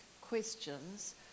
questions